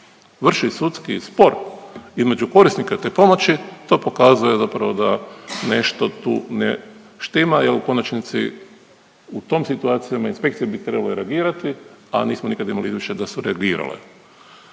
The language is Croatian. vrši sudski spor između korisnika te pomoći, to pokazuje zapravo da nešto tu ne štima jer u konačnici u tim situacijama inspekcije bi trebale reagirati, a nismo nikad imali slučaj da su reagirale.